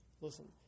listen